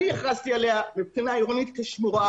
אני הכרזתי עליה מבחינה עירונית כשמורה.